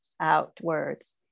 outwards